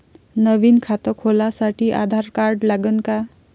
नवीन खात खोलासाठी आधार कार्ड लागन का?